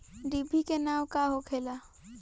डिभी के नाव का होखेला?